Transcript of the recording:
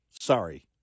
Sorry